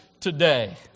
today